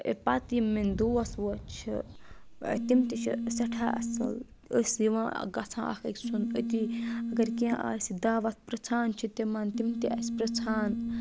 پَتہٕ یِم میٲنۍ دوس ووس چھِ تِم تہِ چھِ سؠٹھاہ اَصٕل أسۍ یِوان گژھان اَکھ أکۍ سُنٛد أتی اَگر کینٛہہ آسہِ دعوت پرٛژھان چھِ تِمَن تِم تہِ آسہِ پرٛژھان